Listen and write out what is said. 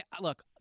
Look